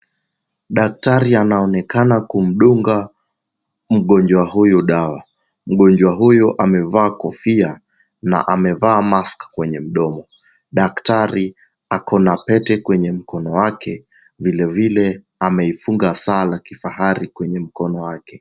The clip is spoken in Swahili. Daktari anaonekana kumdunga mgonjwa huyu dawa. Mgonjwa huyu amevaa kofia na amevaa mask kwenye mdomo. Daktari ako na pete kwenye mkono wake, vilevile ameifunga saa la kifahari kwenye mkono wake.